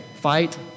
Fight